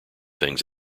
things